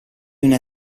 una